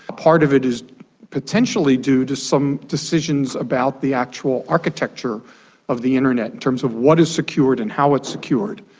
part of it is potentially due to some decisions about the actual architecture of the internet in terms of what is secured and how it's secured.